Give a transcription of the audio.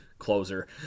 closer